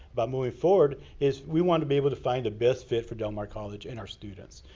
by moving forward, is we want to be able to find the best fit for del mar college and our students.